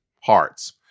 hearts